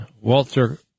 Walter